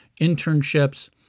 internships